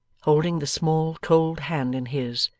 holding the small cold hand in his,